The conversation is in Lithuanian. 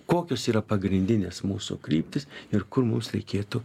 kokios yra pagrindinės mūsų kryptys ir kur mums reikėtų